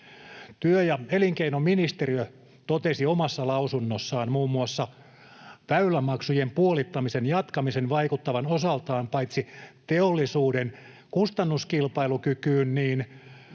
Työ- ja elinkeinoministeriö totesi omassa lausunnossaan muun muassa paitsi väylämaksujen puolittamisen jatkamisen vaikuttavan osaltaan teollisuuden kustannuskilpailukykyyn myös